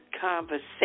conversation